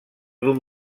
d’un